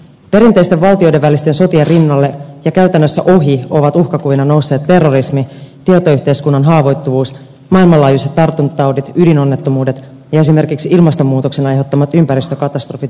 perinteisten valtioiden välisten sotien rinnalle ja käytännössä ohi ovat uhkakuvina nousseet terrorismi tietoyhteiskunnan haavoittuvuus maailmanlaajuiset tartuntataudit ydinonnettomuudet ja esimerkiksi ilmastonmuutoksen aiheuttamat ympäristöka tastrofit pakolaisvirtoineen